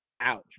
Ouch